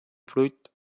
fruit